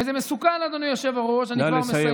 וזה מסוכן, אדוני היושב-ראש, אני כבר מסיים.